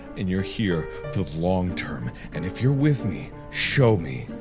and you're here for the long-term. and if you're with me, show me.